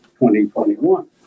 2021